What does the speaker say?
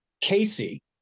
Casey